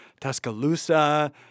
Tuscaloosa